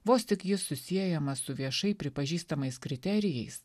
vos tik jis susiejamas su viešai pripažįstamais kriterijais